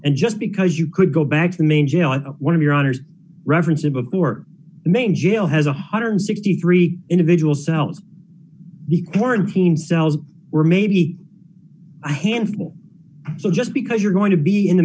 and just because you could go back to the main jail one of your honors reference above for the main jail has one hundred and sixty three individual cells the quarantine cells were maybe a handful so just because you're going to be in the